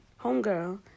Homegirl